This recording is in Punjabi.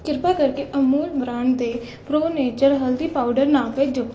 ਕਿਰਪਾ ਕਰਕੇ ਅਮੂਲ ਬ੍ਰਾਂਡ ਦੇ ਪ੍ਰੋ ਨੇਚਰ ਹਲਦੀ ਪਾਊਡਰ ਨਾ ਭੇਜੋ